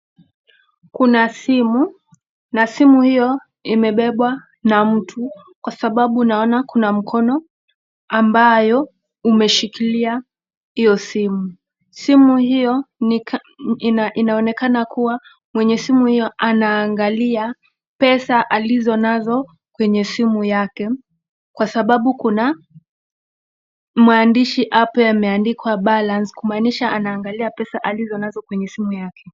Kuna simu na simu hiyo imebebwa na mtu kwa sababu naona kuna mkono ambayo umeshikilia hiyo simu. Simu hiyo ni inaonekana kuwa mwenye simu hiyo anaangalia pesa alizonazo kwenye simu yake kwa sababu kuna mwandishi hapo ameandikwa balance kumaanisha anaangalia pesa alizonazo kwenye simu yake.